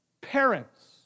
parents